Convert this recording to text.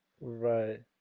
Right